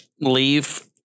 leave